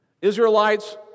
Israelites